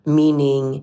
meaning